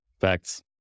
facts